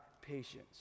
patience